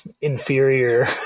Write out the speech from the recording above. inferior